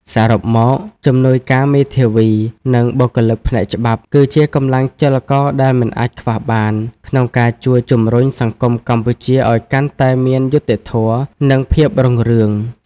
សរុបមក ជំនួយការមេធាវី និងបុគ្គលិកផ្នែកច្បាប់ គឺជាកម្លាំងចលករដែលមិនអាចខ្វះបាន ក្នុងការជួយជំរុញសង្គមកម្ពុជាឱ្យកាន់តែមានយុត្តិធម៌ និងភាពរុងរឿង។